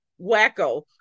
wacko